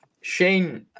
Shane